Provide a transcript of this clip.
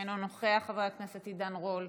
אינו נוכח, חבר הכנסת עידן רול,